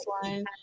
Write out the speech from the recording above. one